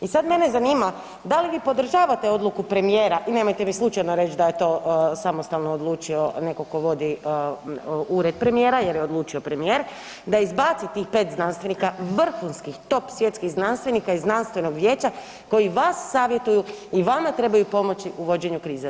I sad mene zanima da li vi podržavate odluku premijera i nemojte mi slučajno reći da je to samostalno odlučio netko tko vodi ured premijera, jer je odlučio premijer, da izbaci tih 5 znanstvenika, vrhunskih top svjetskih znanstvenih iz znanstvenog vijeća koji vas savjetuju i vama trebaju pomoći u vođenju krize?